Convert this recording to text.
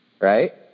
right